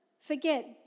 forget